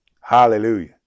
hallelujah